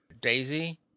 Daisy